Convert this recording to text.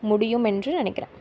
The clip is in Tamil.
முடியும் என்று நினைக்கறேன்